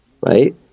right